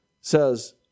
says